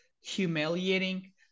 humiliating